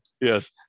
yes